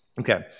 Okay